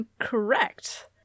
incorrect